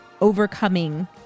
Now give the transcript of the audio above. overcoming